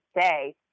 say